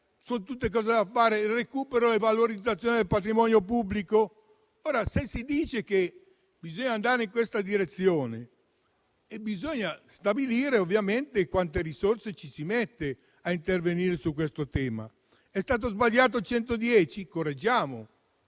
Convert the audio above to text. sono tutte cose da fare. Sul recupero e la valorizzazione del patrimonio pubblico, se si dice che bisogna andare in questa direzione, bisogna stabilire quante risorse si mettono per intervenire su questo tema. È stato sbagliato il superbonus